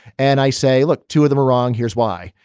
and i say, look, two of them are wrong. here's why.